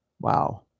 Wow